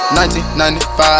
1995